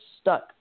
stuck